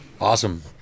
Awesome